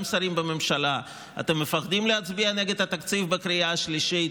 גם שרים בממשלה: אתם מפחדים להצביע נגד התקציב בקריאה השלישית?